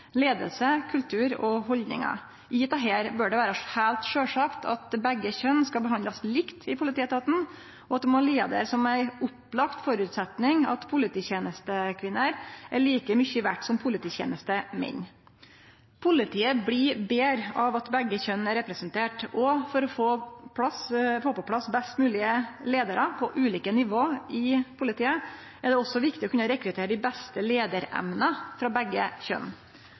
kultur og haldningar. Med dette bør det vere heilt sjølvsagt at begge kjønn skal behandlast likt i politietaten, og at det må liggje der som ein opplagd føresetnad at polititenestekvinner er like mykje verde som polititenestemenn. Politiet blir betre av at begge kjønn er representerte. Og for å få på plass best moglege leiarar på ulike nivå i politiet er det også viktig å kunne rekruttere dei beste leiaremna frå begge